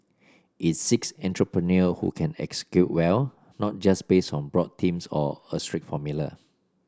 it seeks entrepreneur who can execute well not just based on broad themes or a strict formula